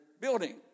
building